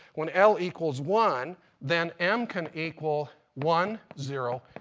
when l equals one then m can equal one, zero,